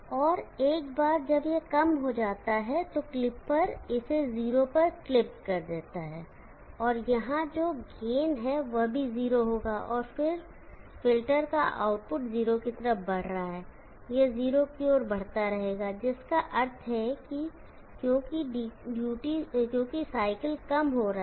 तो एक बार जब यह कम हो जाता है तो क्लिपर इसे 0 पर क्लिपड कर देता है यहाँ जो गेन है वह भी 0 होगा और फ़िल्टर का आउटपुट 0 की तरफ बढ़ रहा है यह 0 की ओर बढ़ता रहेगा जिसका अर्थ है कि क्योंकि साइकिल कम हो रहा है